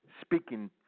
speaking